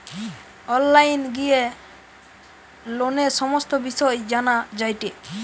online গিলে লোনের সমস্ত বিষয় জানা যায়টে